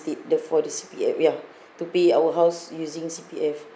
instead the for the C_P_F ya to pay our house using C_P_F